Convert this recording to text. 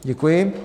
Děkuji.